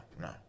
no